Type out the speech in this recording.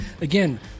again